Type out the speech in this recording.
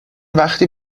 وقتی